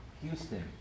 Houston